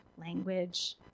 language